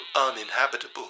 uninhabitable